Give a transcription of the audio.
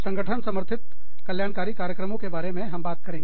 संगठन समर्थित कल्याणकारी कार्यक्रमों के बारे में हम बात करेंगे